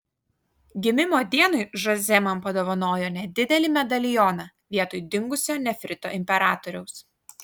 gimimo dienai žoze man padovanojo nedidelį medalioną vietoj dingusio nefrito imperatoriaus